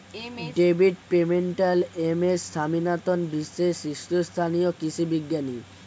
David Pimentel, M S Swaminathan বিশ্বের শীর্ষস্থানীয় কৃষি বিজ্ঞানী